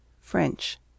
French